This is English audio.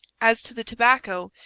as to the tobacco,